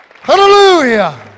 Hallelujah